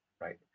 right